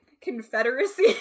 confederacy